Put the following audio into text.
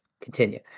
continue